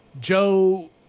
Joe